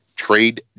trade